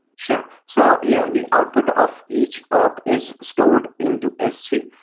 sure. so you know the output of each op is stored into s three.